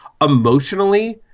emotionally